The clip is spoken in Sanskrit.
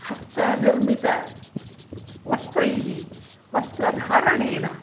हस्तनिर्मितं वस्त्रैः वस्त्रधारणेन